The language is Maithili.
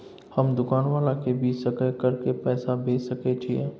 हम दुकान वाला के भी सकय कर के पैसा भेज सके छीयै?